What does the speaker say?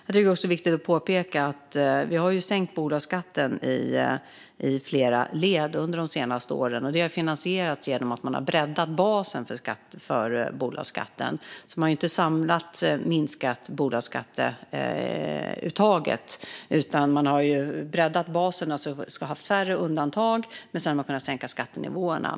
Jag tycker också att det är viktigt att påpeka att vi har sänkt bolagsskatten i flera led under de senaste åren, och det har finansierats genom att man har breddat basen för bolagsskatten. Man har alltså inte samlat minskat bolagsskatteuttaget, utan man har breddat basen så att vi ska ha färre undantag och sedan kunna sänka skattenivåerna.